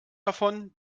davon